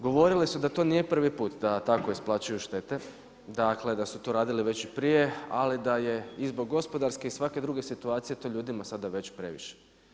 Govorili su da to nije prvi put da tako isplaćuju štete, dakle da su to radili već i prije ali da je i zbog gospodarske i svake druge situacije to ljudima sada već previše.